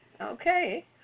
Okay